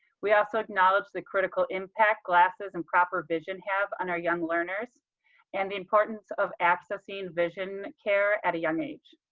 ah so acknowledge the critical impact glasses and proper vision have on our young learners and the importance of accessing vision care at a young age.